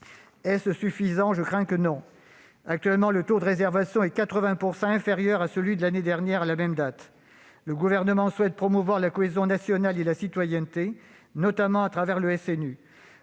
Est-ce suffisant ? Je crains que non. Actuellement, le taux de réservation est de 80 % inférieur à celui de l'année dernière à la même date. Le Gouvernement souhaite promouvoir la cohésion nationale et la citoyenneté, notamment à travers le SNU.